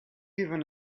even